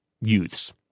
youths